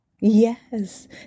yes